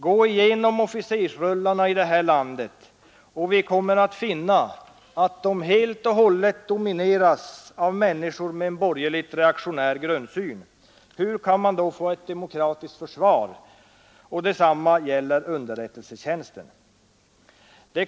Gå igenom officersrullorna i detta land, och vi kommer att finna att de helt och hållet domineras av människor med en borgerligt reaktionär grundsyn. Hur kan man då få ett demokratiskt försvar? Detsamma gäller underrättelsetjänsten.